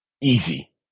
Easy